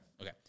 Okay